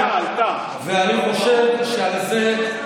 האבטלה עלתה, ואני חושב שעל זה,